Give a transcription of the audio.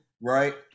right